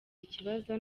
ikibazo